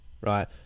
right